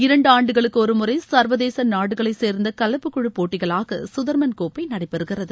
இரண்டு ஆண்டுகளுக்கு ஒரு முறை சர்வதேச நாடுகளைச் சேர்ந்த கலப்பு குழு போட்டிகளாக சுதர்மன் கோப்பை நடைபெறுகிறது